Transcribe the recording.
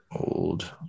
old